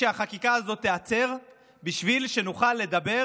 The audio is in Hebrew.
שהחקיקה הזאת תיעצר בשביל שנוכל לדבר